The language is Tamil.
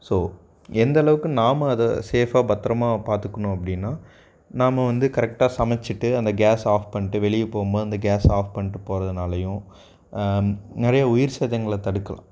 ஸோ எந்த அளவுக்கு நாம் அதை சேஃபாக பத்திரமா பார்த்துக்கணும் அப்படின்னா நாம் வந்து கரெக்டாக சமச்சுட்டு அந்த கேஸை ஆஃப் பண்ணிட்டு வெளியே போகும்போது அந்த கேஸை ஆஃப் பண்ணிட்டு போகிறதுனாலையும் நிறைய உயிர் சேதங்களை தடுக்கலாம்